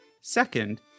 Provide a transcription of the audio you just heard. Second